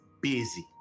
busy